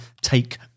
Take